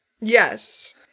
Yes